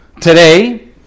today